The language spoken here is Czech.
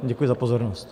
Děkuji za pozornost.